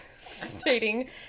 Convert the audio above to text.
stating